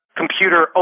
computer